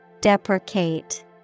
Deprecate